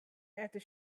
after